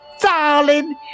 darling